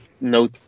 no